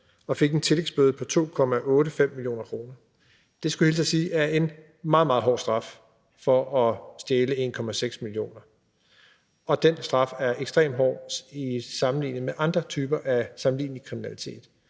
og fik en tillægsbøde på 2,85 mio. kr. Det skulle jeg hilse og sige er en meget, meget hård straf for at stjæle 1,6 mio. kr., og den straf er ekstremt hård sammenlignet med andre typer af sammenlignelig kriminalitet.